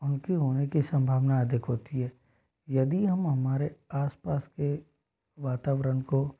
उनके होने की सम्भावना अधिक होती है यदि हम हमारे आसपास के वातावरण को